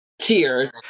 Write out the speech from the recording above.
tears